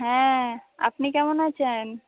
হ্যাঁ আপনি কেমন আছেন